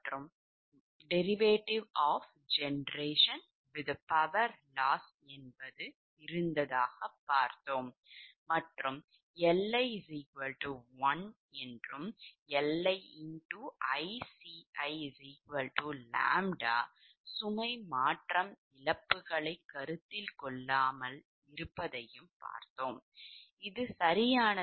மற்றும்Li1 Li ICiʎ சுமை மாற்றம் இழப்புகளை கருத்தில் கொள்ளாமல் பார்த்தால் இது சரியானது